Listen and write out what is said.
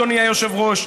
אדוני היושב-ראש,